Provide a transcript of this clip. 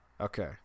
Okay